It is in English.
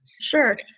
Sure